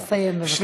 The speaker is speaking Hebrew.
תסיים, בבקשה.